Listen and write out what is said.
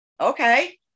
okay